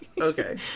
Okay